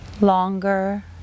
longer